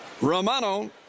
Romano